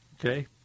Okay